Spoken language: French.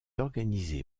organisée